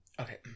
okay